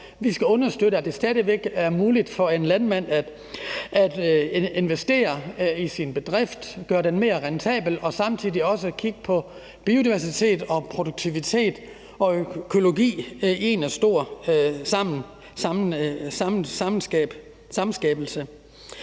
Vi skal understøtte, at det stadig væk er muligt for en landmand at investere i sin bedrift og gøre den mere rentabel, og samtidig også kigge på biodiversitet, produktivitet og økologi samlet set og i sammenhæng med